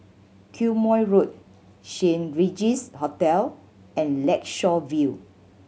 Quemoy Road Saint Regis Hotel and Lakeshore View